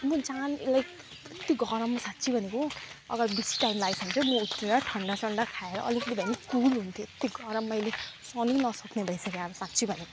म जान लाइक यति गरममा साँच्चै भनेको अगर बेसी टाइम लागेछ भने चाहिँ म उत्रिएर ठन्डासन्डा खाएर अलिकति भए नि कुल हुन्थेँ यत्ति गरममा अहिले सहनै नसक्ने भइसकेँ अब साँच्चै भनेको